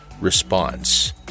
Response